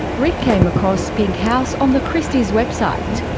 rick came across pink house on the christie's website.